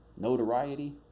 notoriety